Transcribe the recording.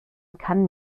kann